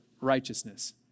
righteousness